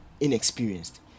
inexperienced